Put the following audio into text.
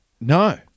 No